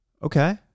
Okay